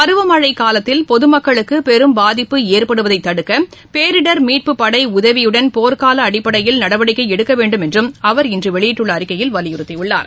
பருவ மழை காலத்தில் பொது மக்களுக்கு பெரும் பாதிப்பு ஏற்படுவதை தடுக்க பேரிடர் மீட்புப் படை உதவியுடன் போர்க்கால அடிப்படையில் நடவடிக்கை எடுக்க வேண்டும் என்றும் அவர் இன்று வெளியிட்டுள்ள அறிக்கையில் வலியுறுத்தியுள்ளார்